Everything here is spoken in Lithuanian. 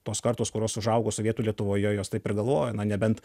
tos kartos kurios užaugo sovietų lietuvoje jos taip ir galvojo na nebent